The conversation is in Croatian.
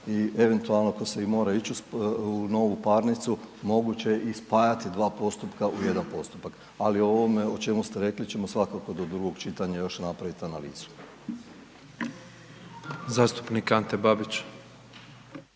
i eventualno poslije mora ići u novu parnicu, moguće je i spajati 2 postupka u jedan postupak. Ali o ovome o čemu ste rekli, ćemo svakako do drugog čitanja još napraviti analizu. **Petrov, Božo